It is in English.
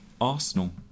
Arsenal